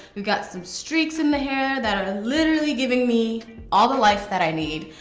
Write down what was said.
we've got some streaks in the hair that are literally giving me all the life that i need.